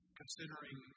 considering